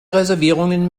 reservierungen